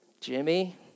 Jimmy